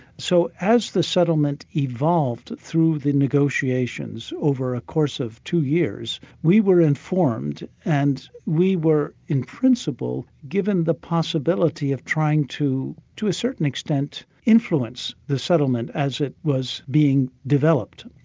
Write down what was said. so as the settlement evolved through the negotiations over a course of two years, we were informed and we were in principle, given the possibility of trying to, to a certain extent, influence the settlement as it was being developed.